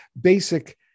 basic